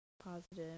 Positive